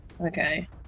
Okay